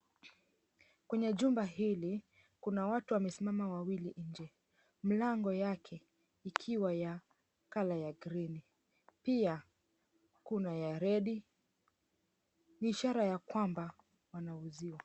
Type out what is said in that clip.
Kwenye jumba hili, kuna watu wamesimama wawili nje. Mlango yake ikiwa ya colour ya green , pia kuna ya red . Ni ishara ya kwamba wanauziwa.